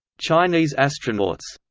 chinese astronauts